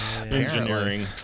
engineering